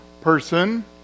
person